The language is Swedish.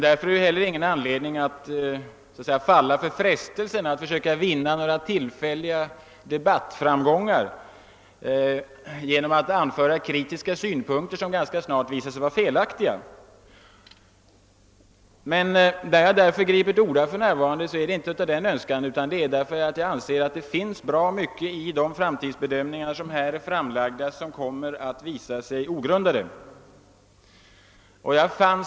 Därför är det heller inte någon anledning att försöka falla för frestelsen att vinna några tillfälliga debattframgångar genom att anföra kritiska synpunkter som ganska snart kan komma att visa sig vara felaktiga. När jag nu tagit till orda sker detta därför att jag anser att det finns bra mycket i de framtidsbedömningar som är framlagda som kommer att visa sig vara ogrundat.